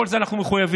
לכל זה אנחנו מחויבים,